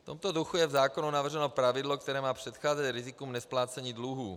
V tomto duchu je v zákonu navrženo pravidlo, které má předcházet rizikům nesplácení dluhů.